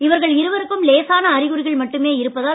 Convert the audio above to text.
இவர்கள் இருவருக்கும் லேசான அறிகுறிகள் மட்டுமே இருப்பதால்